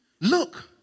look